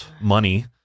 money